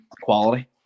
quality